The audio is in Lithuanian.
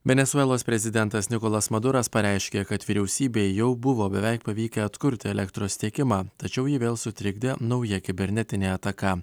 venesuelos prezidentas nikolas maduras pareiškė kad vyriausybei jau buvo beveik pavykę atkurti elektros tiekimą tačiau jį vėl sutrikdė nauja kibernetinė ataka